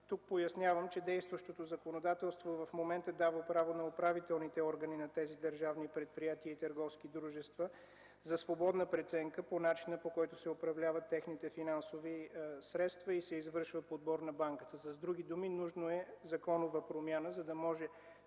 Тук пояснявам, че действащото законодателство в момента дава право на управителните органи на тези държавни предприятия и търговски дружества за свободна преценка по начина, по който се управляват техните финансови средства и се извършва подбор на банката. С други думи нужна е законова промяна, за да може